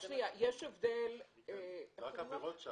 רק עבירות.